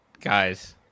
guys